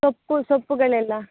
ಸೊಪ್ಪು ಸೊಪ್ಪುಗಳೆಲ್ಲ